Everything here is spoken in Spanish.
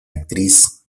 actriz